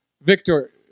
victor